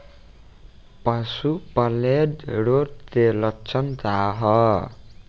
पशु प्लेग रोग के लक्षण का ह?